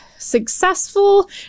successful